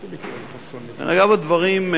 היה בדברים,